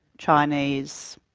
chinese,